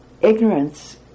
Ignorance